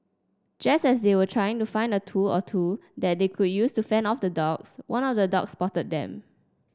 just as they were trying to find a tool or two that they could use to fend off the dogs one of the dogs spotted them